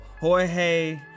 Jorge